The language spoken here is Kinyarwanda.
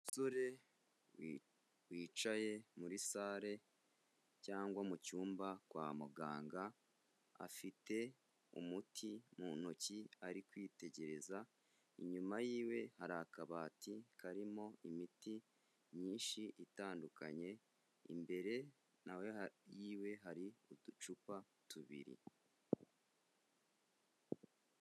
Umusore wicaye muri sare cyangwa mu cyumba kwa muganga, afite umuti mu ntoki ari kwitegereza, inyuma y'iwe hari akabati karimo imiti myinshi itandukanye, imbere nawe, y'iwe hari uducupa tubiri.